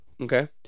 okay